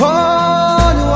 one